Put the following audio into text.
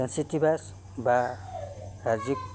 city bus বা ৰাজ্যিক